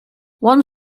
one